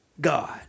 God